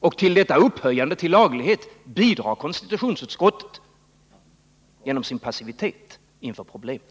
Och till detta upphöjande till laglighet bidrar konstitutionsutskottet genom sin passivitet inför problemet.